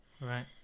right